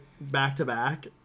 back-to-back